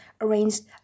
arranged